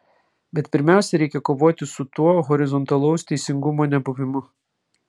bet pirmiausia reikia kovoti su tuo horizontalaus teisingumo nebuvimu